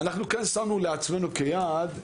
אנחנו כאן שמנו לעצמנו כיעד,